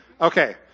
Okay